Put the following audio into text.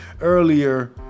earlier